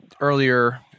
earlier